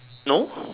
no